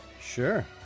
Sure